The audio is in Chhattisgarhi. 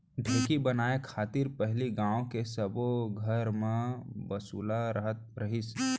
ढेंकी बनाय खातिर पहिली गॉंव के सब्बो घर म बसुला रहत रहिस